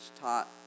taught